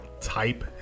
type